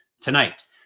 tonight